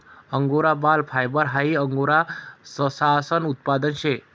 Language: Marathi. अंगोरा बाल फायबर हाई अंगोरा ससानं उत्पादन शे